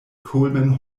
coleman